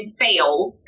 sales